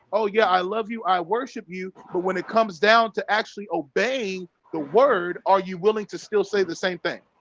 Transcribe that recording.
oh, yeah. i love you i worship you, but when it comes down to actually obeying the word are you willing to still say the same thing?